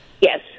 Yes